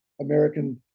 American